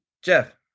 Jeff